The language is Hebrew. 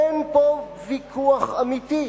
אין פה ויכוח אמיתי.